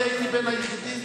הייתי בין היחידים,